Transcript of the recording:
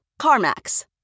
CarMax